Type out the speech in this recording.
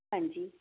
ਹਾਂਜੀ